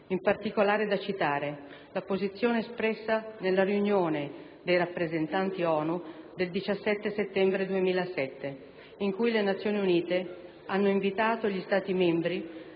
In particolare, è da citare la posizione espressa nella riunione dei rappresentanti ONU del 17 settembre 2007, in cui le Nazioni Unite hanno invitato gli Stati membri